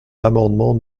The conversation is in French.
l’amendement